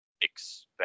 expect